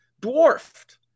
dwarfed